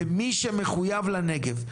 במי שמחויב לנגב.